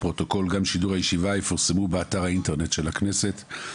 הפרוטוקול וגם שידור הישיבה יפורסמו באתר האינטרנט של הכנסת.